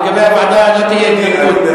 לגבי הוועדה לא תהיה התנגדות.